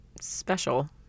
special